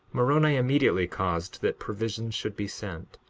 moroni immediately caused that provisions should be sent,